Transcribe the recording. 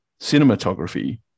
cinematography